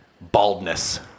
Baldness